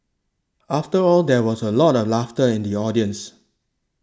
after all there was a lot of laughter in the audience